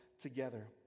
together